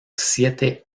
siete